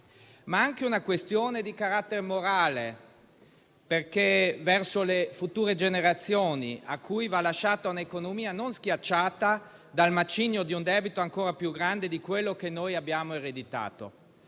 È anche una questione di carattere morale verso le future generazioni, alle quali va lasciata un'economia non schiacciata dal macigno di un debito ancora più grande di quello che noi abbiamo ereditato.